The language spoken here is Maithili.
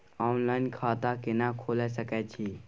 ऑनलाइन खाता केना खोले सकै छी?